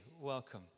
Welcome